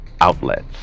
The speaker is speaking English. outlets